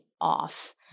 off